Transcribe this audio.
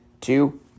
Two